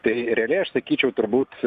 tai realiai aš sakyčiau turbūt